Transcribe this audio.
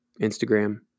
Instagram